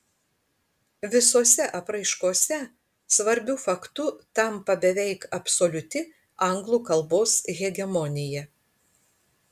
visose apraiškose svarbiu faktu tampa beveik absoliuti anglų kalbos hegemonija